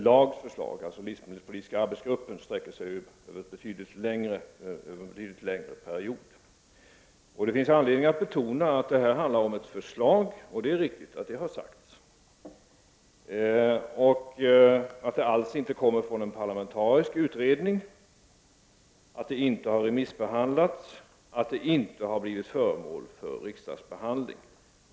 LAG:s, dvs. livsmedelspolitiska arbetsgruppens, förslag sträcker sig över en betydligt längre period. Det finns anledning att betona att detta handlar om ett förslag — det är riktigt att detta har sagts —, att förslaget inte alls kommer från en parlamentarisk utredning, att det inte har remissbehandlats och att det inte har blivit föremål för riksdagsbehandling.